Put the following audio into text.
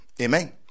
amen